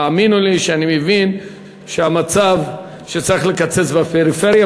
האמינו לי שאני מבין שהמצב הוא שצריך לקצץ בפריפריה,